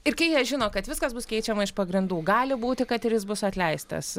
ir kai jie žino kad viskas bus keičiama iš pagrindų gali būti kad ir jis bus atleistas